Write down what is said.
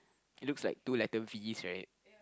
it looks like two letter V right